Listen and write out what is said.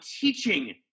teaching